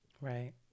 Right